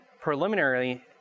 Preliminary